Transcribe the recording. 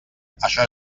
això